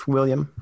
William